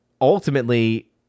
ultimately